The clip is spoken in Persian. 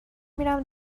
میرم